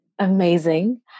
Amazing